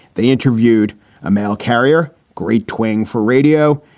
they interviewed a mail carrier, great twant for radio,